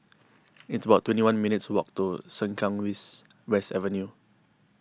it's about twenty one minutes' walk to Sengkang vis West Avenue